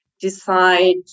decide